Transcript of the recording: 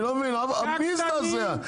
מי יזדעזע?